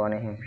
बने हे?